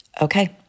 Okay